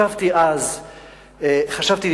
אז חשבתי,